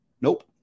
Nope